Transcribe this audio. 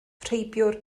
rheibiwr